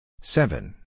seven